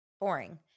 Boring